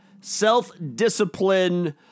self-discipline